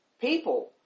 people